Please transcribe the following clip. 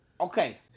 Okay